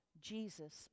Jesus